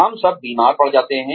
हम सब बीमार पड़ जाते हैं